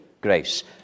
grace